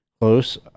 close